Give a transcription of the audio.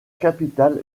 capitale